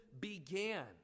began